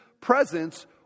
presence